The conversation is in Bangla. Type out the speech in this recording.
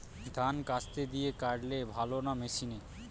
ধান কাস্তে দিয়ে কাটলে ভালো না মেশিনে?